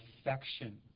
affection